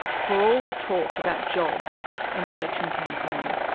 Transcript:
for all the talk about jobs in the election campaign,